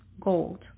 gold